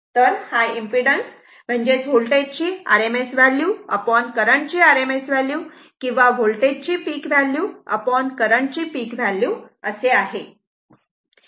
तर हा impedance voltage ची RMS व्हॅल्यू करंट ची RMS व्हॅल्यू किंवा वोल्टेज ची पिक व्हॅल्यू करंट ची पिक व्हॅल्यू असे आहे